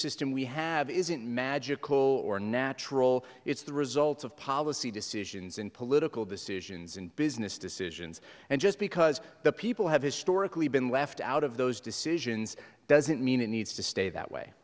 system we have isn't magical or natural it's the result of policy decisions and political decisions and business decisions and just because the people have historically been left out of those decisions doesn't mean it needs to stay that way